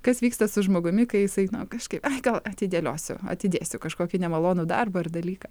kas vyksta su žmogumi kai jisai kažkaip gal atidėliosiu atidėsiu kažkokį nemalonų darbą ar dalyką